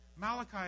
Malachi